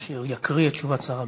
הוא יקריא את תשובת שר הביטחון.